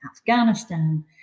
Afghanistan